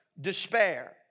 despair